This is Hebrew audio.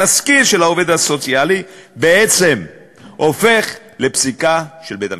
התסקיר של העובד הסוציאלי בעצם הופך לפסיקה של בית-המשפט.